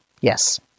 Yes